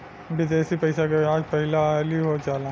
विदेशी पइसा के जाँच पहिलही हो जाला